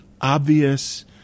obvious